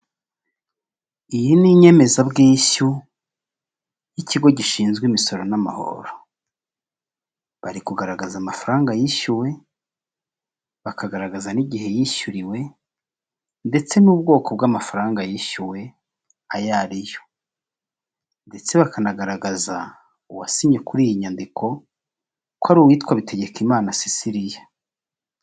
Iyi ni inyemezabwishyu y'ikigo gishinzwe imisoro n'amahoro, bari kugaragaza amafaranga yishyuwe, bakagaragaza n'igihe yishyuriwe, ndetse n'ubwoko bw'amafaranga yishyuwe ayo ariyo, ndetse bakanagaragaza uwasinye kuri iyi nyandiko ko ari uwitwa Bitegekimana sisiriya.